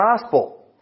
gospel